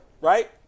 right